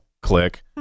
click